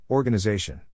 Organization